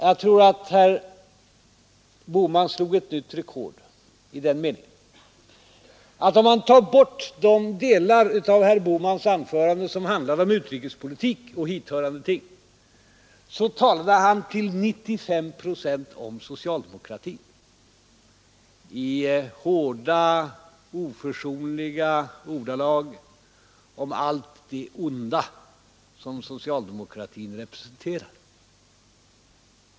Jag tror att herr Bohman slog ett nytt rekord i den meningen att om man tar bort de delar av herr Bohmans anförande, som handlade om utrikespolitik och tillhörande ting, så talade han till 95 procent om socialdemokratin — i hårda, oförsonliga ordalag om allt det onda som socialdemokratin representerar.